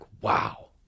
wow